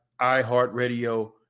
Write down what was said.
iHeartRadio